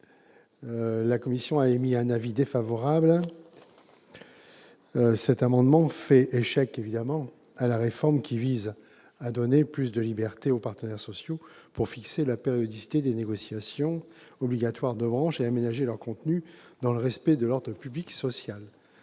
la commission a également émis un avis défavorable. En effet, son adoption ferait échec à la réforme visant à donner plus de liberté aux partenaires sociaux pour fixer la périodicité des négociations obligatoires de branche et aménager leur contenu, dans le respect de l'ordre public social.